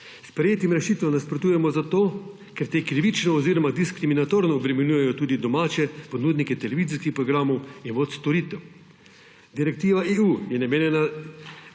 Sprejetim rešitvam nasprotujemo zato, ker te krivično oziroma diskriminatorno obremenjujejo tudi domače ponudnike televizijskih programov in VOD storitev. Direktiva EU je namenjena